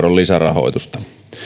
lisärahoitusta